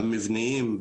המבניים,